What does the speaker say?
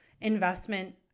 investment